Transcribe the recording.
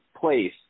place